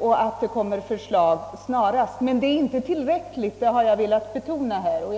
och att det kommer förslag snarast. Men jag har velat betona att det inte är tillräckligt.